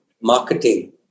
marketing